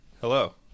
Hello